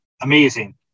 amazing